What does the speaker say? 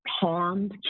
harmed